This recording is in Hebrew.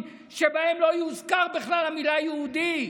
שבהם לא תוזכר בכלל המילה "יהודי",